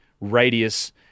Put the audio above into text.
radius